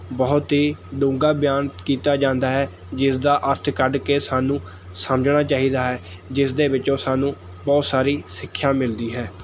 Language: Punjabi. ਬਹੁਤ ਹੀ ਡੂੰਘਾ ਬਿਆਨ ਕੀਤਾ ਜਾਂਦਾ ਹੈ ਜਿਸ ਦਾ ਅਰਥ ਕੱਢ ਕੇ ਸਾਨੂੰ ਸਮਝਣਾ ਚਾਹੀਦਾ ਹੈ ਜਿਸ ਦੇ ਵਿੱਚੋਂ ਸਾਨੂੰ ਬਹੁਤ ਸਾਰੀ ਸਿੱਖਿਆ ਮਿਲਦੀ ਹੈ